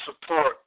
support